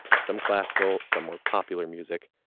some classical, some more popular music.